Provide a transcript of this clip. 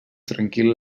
tranquil